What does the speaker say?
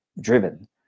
driven